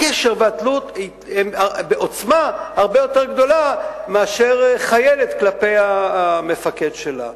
הקשר והתלות הם בעוצמה הרבה יותר גדולה מאשר של חיילת כלפי המפקד שלה,